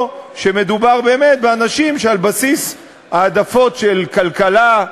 או שמדובר באמת באנשים שעל בסיס העדפות של כלכלה,